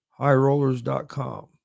Highrollers.com